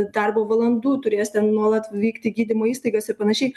darbo valandų turės ten nuolat vykt į gydymo įstaigas ir panašiai